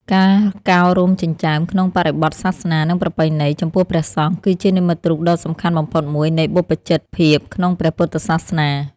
ការកោររោមចិញ្ចើមក្នុងបរិបទសាសនា និងប្រពៃណី ចំពោះព្រះសង្ឃ គឺជានិមិត្តរូបដ៏សំខាន់បំផុតមួយនៃបព្វជិតភាពក្នុងព្រះពុទ្ធសាសនា។